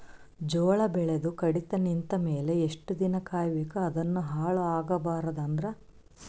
ಜೋಳ ಬೆಳೆದು ಕಡಿತ ನಿಂತ ಮೇಲೆ ಎಷ್ಟು ದಿನ ಕಾಯಿ ಬೇಕು ಅದನ್ನು ಹಾಳು ಆಗಬಾರದು ಅಂದ್ರ?